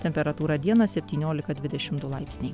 temperatūra dieną septyniolika dvidešimt du laipsniai